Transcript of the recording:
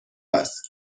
است